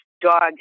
dog